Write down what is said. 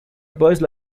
voice